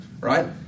right